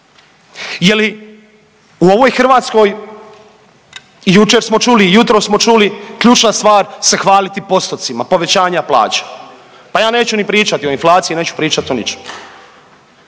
Je li u ovoj Hrvatskoj jučer smo čuli i jutros smo čuli ključna stvar se hvaliti postotcima povećanja plaća. Pa ja neću ni pričati o inflaciji, neću pričati o ničem.